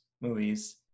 movies